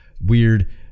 weird